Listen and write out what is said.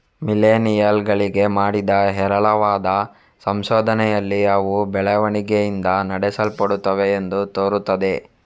millennial ಗಳಿಗೆ ಮಾಡಿದ ಹೇರಳವಾದ ಸಂಶೋಧನೆಯಲ್ಲಿ ಅವು ಬೆಳವಣಿಗೆಯಿಂದ ನಡೆಸಲ್ಪಡುತ್ತವೆ ಎಂದು ತೋರುತ್ತದೆ